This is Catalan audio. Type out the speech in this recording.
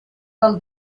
del